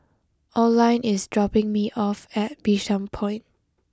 Oline is dropping me off at Bishan Point